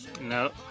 No